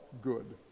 good